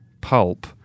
pulp